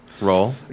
roll